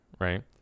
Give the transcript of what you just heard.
right